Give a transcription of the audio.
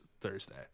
Thursday